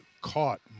caught